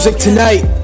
tonight